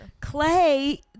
Clay